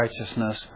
righteousness